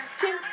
two